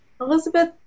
Elizabeth